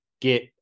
get